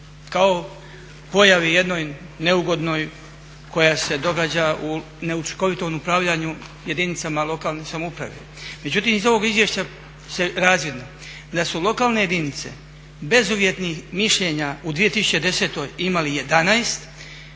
kao pojavi jednoj neugodnoj koja se događa u neučinkovitom upravljanju jedinicama lokalne samouprave. Međutim, iz ovog izvješća je razvidno da su lokalne jedinice bezuvjetnih mišljenja u 2010. imali 11